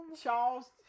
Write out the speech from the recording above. Charles